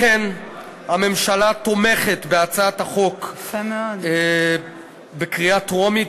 לכן הממשלה תומכת בהצעת החוק בקריאה טרומית,